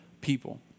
people